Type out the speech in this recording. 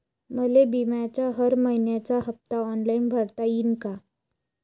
मले बिम्याचा हर मइन्याचा हप्ता ऑनलाईन भरता यीन का?